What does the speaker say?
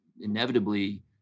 inevitably